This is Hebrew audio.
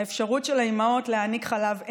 האפשרות של האימהות להעניק חלב אם,